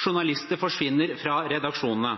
journalister forsvinner fra redaksjonene.